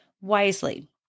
wisely